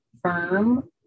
firm